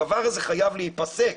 הדבר הזה חייב להיפסק.